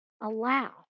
allow